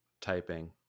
typing